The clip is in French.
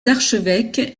archevêques